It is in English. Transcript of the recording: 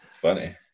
funny